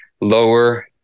lower